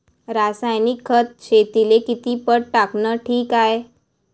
रासायनिक खत शेतीले किती पट टाकनं ठीक हाये?